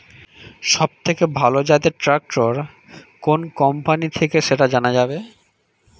সবথেকে ভালো জাতের ট্রাক্টর কোন কোম্পানি থেকে সেটা জানা যাবে?